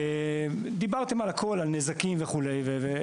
דיברתם על הכול, על נזקים, וכו'.